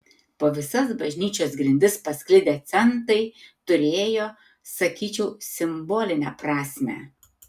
po visas bažnyčios grindis pasklidę centai turėjo sakyčiau simbolinę prasmę